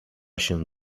się